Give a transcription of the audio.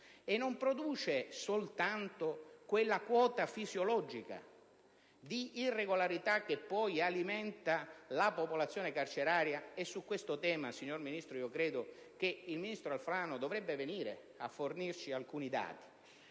e non soltanto quella quota fisiologica di irregolarità che poi alimenta la popolazione carceraria. Su questo tema, signor Ministro, credo che il ministro Alfano dovrebbe venire a fornirci alcuni dati